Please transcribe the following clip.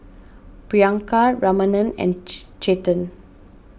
Priyanka Ramanand and Chetan